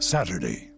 Saturday